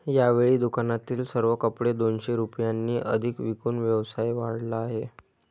यावेळी दुकानातील सर्व कपडे दोनशे रुपयांनी अधिक विकून व्यवसाय वाढवला आहे